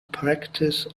practice